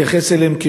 נתייחס אליהם,